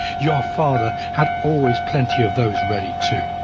your father had always plenty of those ready, too.